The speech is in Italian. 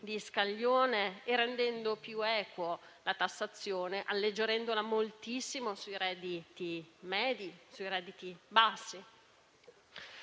di scaglione, rendendo più equa la tassazione, alleggerendola moltissimo sui redditi medi e bassi.